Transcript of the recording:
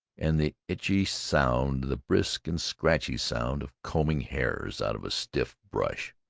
and the itchy sound, the brisk and scratchy sound, of combing hairs out of a stiff brush.